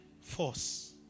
force